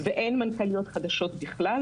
ואין מנכ"ליות חדשות בכלל,